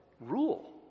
rule